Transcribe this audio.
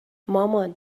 مامان